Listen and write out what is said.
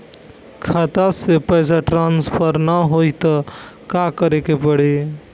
खाता से पैसा ट्रासर्फर न होई त का करे के पड़ी?